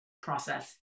process